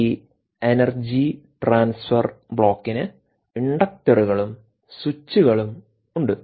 ഈ energy transfer ബ്ലോക്കിന് ഇൻഡക്ടറുകളും സ്വിച്ചുകളും ഉണ്ട്